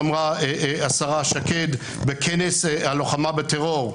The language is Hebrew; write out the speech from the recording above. אז אמרה השרה שקד בכנס הלוחמה בטרור: